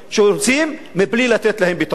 שהורסים בלי לתת להם פתרון.